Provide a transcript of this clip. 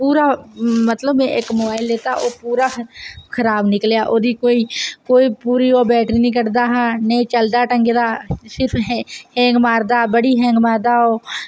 पूरा मतलब मैं इक मोबाइल लेता ओ पूरा खराब निकलेआ ओह्दी कोई कोई पूरी ओ बैटरी नि कड्ढदा हा नेईं चलदा ढंगै दा हैं हैंग मारदा बड़ी हैंग मारदा ओह्